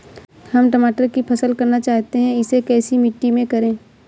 हम टमाटर की फसल करना चाहते हैं इसे कैसी मिट्टी में करें?